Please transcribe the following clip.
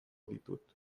ditut